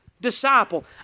disciple